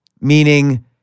Meaning